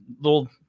little